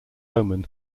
omen